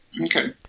Okay